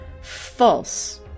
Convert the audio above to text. False